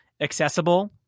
accessible